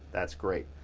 that's great.